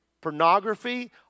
pornography